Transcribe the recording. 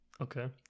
Okay